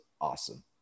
awesome